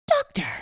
Doctor